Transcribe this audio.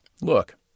Look